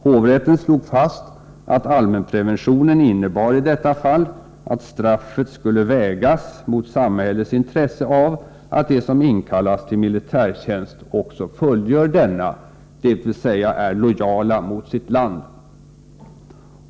Hovrätten slog fast att allmänpreventionen innebar i detta fall, att straffet skulle vägas mot samhällets intresse av att de som inkallas till militärtjänst också fullgör denna, dvs. är lojala mot sitt land.